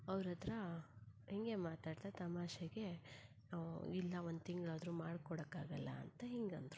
ಅವ್ರಹತ್ರ ಹಿಂಗೆ ಮಾತಾಡ್ತ ತಮಾಷೆಗೆ ಇಲ್ಲ ಒಂದು ತಿಂಗಳಾದ್ರು ಮಾಡಿಕೊಡಕ್ಕಾಗಲ್ಲ ಅಂತ ಹಿಂಗಂದರು